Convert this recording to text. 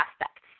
aspects